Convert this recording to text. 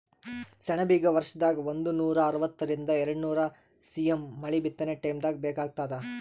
ಸೆಣಬಿಗ ವರ್ಷದಾಗ್ ಒಂದನೂರಾ ಅರವತ್ತರಿಂದ್ ಎರಡ್ನೂರ್ ಸಿ.ಎಮ್ ಮಳಿ ಬಿತ್ತನೆ ಟೈಮ್ದಾಗ್ ಬೇಕಾತ್ತದ